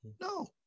no